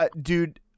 dude